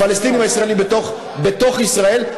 הפלסטינים הישראלים בתוך ישראל,